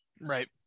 right